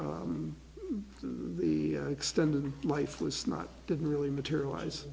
the extended lifeless not didn't really materialize